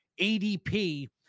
ADP